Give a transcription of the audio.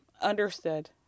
understood